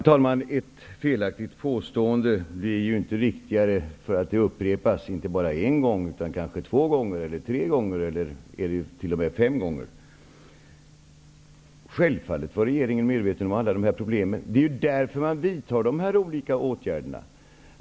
Herr talman! Ett felaktigt påstående blir ju inte riktigare för att det upprepas inte bara en gång utan kanske två, tre, fyra eller t.o.m. fem gånger. Regeringen var självfallet medveten om alla dessa problem. Det är därför som den vidtar olika åtgärder.